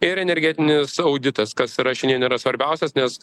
ir energetinis auditas kas yra šiandien yra svarbiausias nes